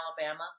Alabama